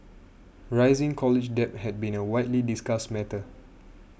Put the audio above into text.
rising college debt has been a widely discussed matter